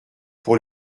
pour